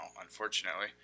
unfortunately